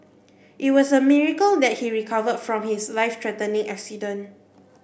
it was a miracle that he recovered from his life threatening accident